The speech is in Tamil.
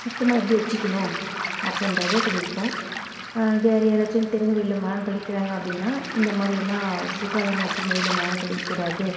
சுத்தமாக எப்படி வச்சுக்கணும் அப்படின்றத சொல்லியிருக்கோம் வேறு யாராச்சும் திறந்த வெளியில் மலம் கழிக்கிறாங்க அப்படின்னா இந்தமாதிரியெல்லாம் சுகாதாரமற்ற முறையில் மலம் கழிக்ககூடாது